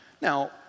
Now